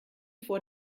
vor